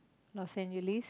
Los Angeles